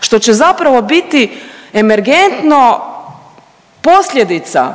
što će zapravo biti emergentno posljedica